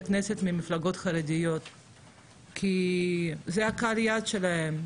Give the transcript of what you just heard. כנסת מהמפלגות החרדיות כי זה קהל היעד שלהם,